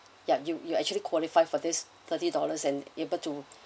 ya you you actually qualify for this thirty dollars and able to